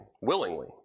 willingly